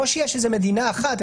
ולא שיש מדינה אחת.